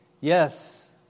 Yes